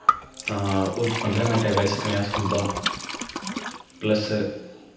तां ओह् पंदरैं मैंटैं बाही सकने खुम्बा पलस्स